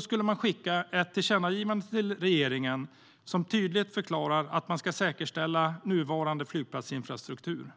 skulle man skicka ett tillkännagivande till regeringen som tydligt förklarar att man ska säkerställa nuvarande flygplatsinfrastruktur.